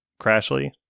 Crashly